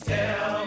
Tell